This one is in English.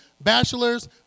bachelor's